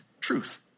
truth